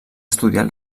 estudiat